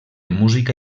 música